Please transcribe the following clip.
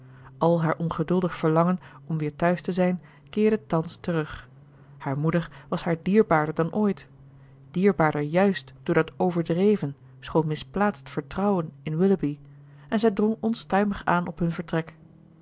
al haar ongeduldig verlangen om weer thuis te zijn keerde thans terug haar moeder was haar dierbaarder dan ooit dierbaarder juist door dat overdreven schoon misplaatst vertrouwen in willoughby en zij drong onstuimig aan op hun vertrek